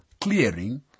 clearing